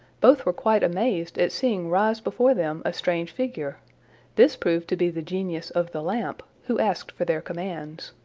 both were quite amazed at seeing rise before them a strange figure this proved to be the genius of the lamp, who asked for their commands.